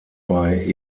bei